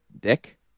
Dick